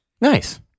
Nice